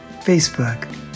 Facebook